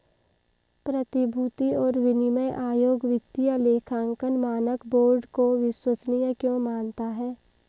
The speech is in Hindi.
प्रतिभूति और विनिमय आयोग वित्तीय लेखांकन मानक बोर्ड को विश्वसनीय क्यों मानता है?